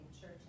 church